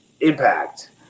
Impact